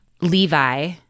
Levi